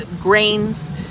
grains